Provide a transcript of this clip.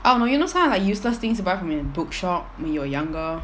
um you know some of the useless things you buy from your bookshop when you were younger